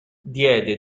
diede